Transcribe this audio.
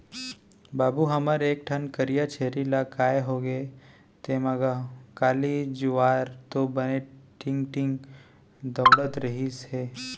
बाबू हमर एक ठन करिया छेरी ला काय होगे तेंमा गा, काली जुवार तो बने टींग टींग दउड़त रिहिस हे